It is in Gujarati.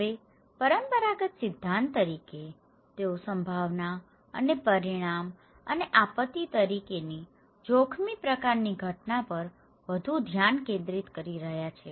હવે પરંપરાગત સિદ્ધાંત તરીકે તેઓ સંભાવના અને પરિણામ અને આપત્તિ તરીકેની જોખમી પ્રકારની ઘટના પર વધુ ધ્યાન કેન્દ્રિત કરી રહ્યા છે